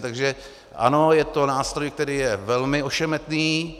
Takže ano, je to nástroj, který je velmi ošemetný.